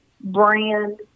brand